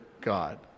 God